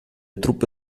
truppe